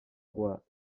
roi